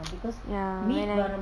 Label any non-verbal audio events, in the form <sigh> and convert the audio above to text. <noise> ya when I